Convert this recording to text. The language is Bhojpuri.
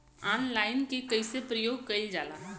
ऑनलाइन के कइसे प्रयोग कइल जाला?